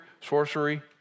sorcery